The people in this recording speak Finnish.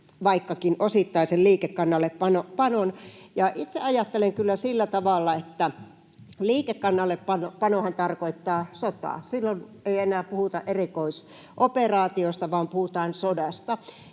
vaikkakin osittaisen liikekannallepanon. Itse ajattelen kyllä sillä tavalla, että liikekannallepanohan tarkoittaa sotaa — silloin ei enää puhuta erikoisoperaatiosta vaan puhutaan sodasta